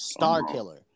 Starkiller